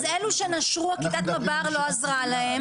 אז אלו שנשרו כיתת מב"ר לא עזרה להם